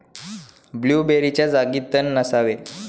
ब्लूबेरीच्या जागी तण नसावे